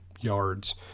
yards